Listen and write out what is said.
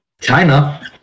China